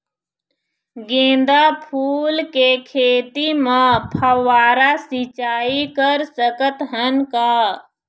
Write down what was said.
गेंदा फूल के खेती म फव्वारा सिचाई कर सकत हन का?